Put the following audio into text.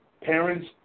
Parents